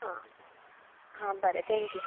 आ हा बरें थँक्यू